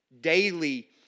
daily